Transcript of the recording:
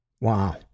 Wow